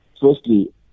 firstly